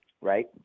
right